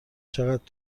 چقدر